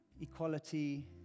equality